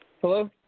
Hello